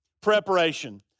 Preparation